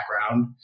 background